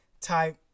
type